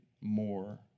more